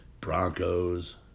Broncos